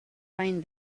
find